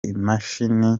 imashini